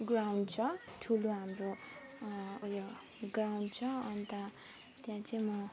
ground छ ठुलो हाम्रो ऊ यो गाउँ छ अन्त त्यहाँ चाहिँ म